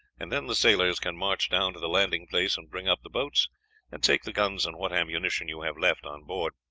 and then the sailors can march down to the landing place and bring up the boats and take the guns and what ammunition you have left, on board.